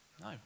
No